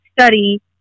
study